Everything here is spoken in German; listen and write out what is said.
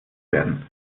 werden